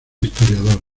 historiador